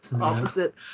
opposite